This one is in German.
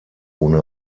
ohne